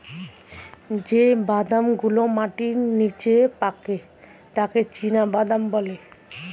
যেই বাদাম গুলো মাটির নিচে পাকে তাকে চীনাবাদাম বলে